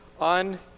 on